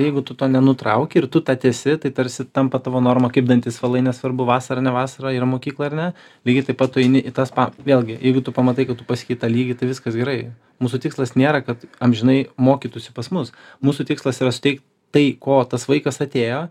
jeigu tu to nenutrauki ir tu tą tesi tarsi tampa tavo norma kaip dantis valai nesvarbu vasara ne vasara ir mokykla ar ne lygiai taip pat tu eini į tas vėlgi jeigu tu pamatai kad tu pasiekei tą lygį tai viskas gerai mūsų tikslas nėra kad amžinai mokytųsi pas mus mūsų tikslas yra suteikt tai ko tas vaikas atėjo